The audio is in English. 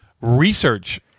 research